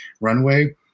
runway